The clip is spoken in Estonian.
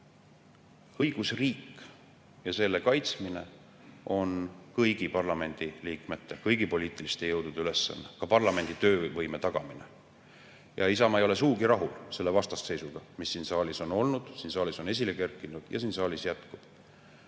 Õigusriik ja selle kaitsmine on kõigi parlamendiliikmete, kõigi poliitiliste jõudude ülesanne, samuti parlamendi töövõime tagamine. Isamaa ei ole sugugi rahul selle vastasseisuga, mis siin saalis on olnud, siin saalis on esile kerkinud ja siin saalis jätkub.